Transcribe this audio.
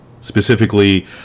specifically